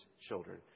children